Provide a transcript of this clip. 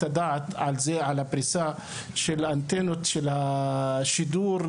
הדעת על הפריסה של האנטנות של השידור.